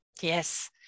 yes